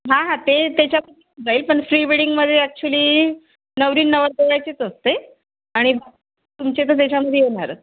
हां हां ते त्याच्यामध्ये जाईल पण फ्री वेडिंगमध्ये ॲक्चुली नवरी न नवरदेवाचेच असते आणि तुमचे तर त्याच्यामध्ये येणारच